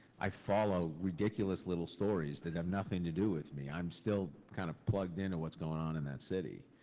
i follow ridiculous little stories that have nothing to do with me. i'm still kinda kind of plugged into what's going on in that city.